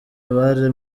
abari